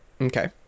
Okay